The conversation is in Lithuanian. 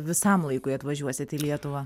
visam laikui atvažiuosit į lietuvą